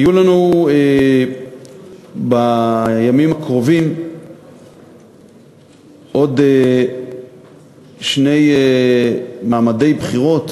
יהיו לנו בימים הקרובים עוד שני מעמדי בחירות: